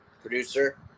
producer